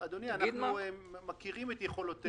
אדוני, אנחנו מכירים את יכולותיך.